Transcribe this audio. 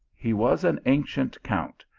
he was an ancient count,